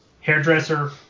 hairdresser